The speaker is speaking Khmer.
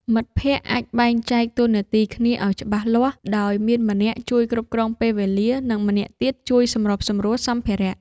មិត្តភក្តិអាចបែងចែកតួនាទីគ្នាឱ្យច្បាស់លាស់ ដោយមានម្នាក់ជួយគ្រប់គ្រងពេលវេលា និងម្នាក់ទៀតជួយសម្របសម្រួលសម្ភារៈ។